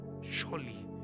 surely